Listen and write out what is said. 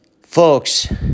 Folks